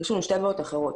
יש לנו שתי בעיות אחרות.